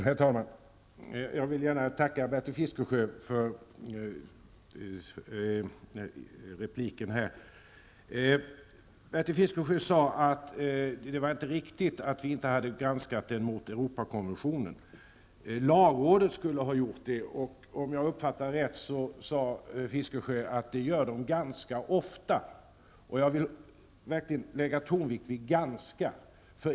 Herr talman! Jag vill tacka Bertil Fiskesjö för repliken. Bertil Fiskesjö sade att det inte är riktigt att man inte har granskat det i förhållande till Europakonventionen. Lagrådet skulle ha gjort det. Om jag uppfattade Bertil Fiskesjö rätt sade han att man gör det ganska ofta. Jag vill lägga tonvikten vid ''ganska''.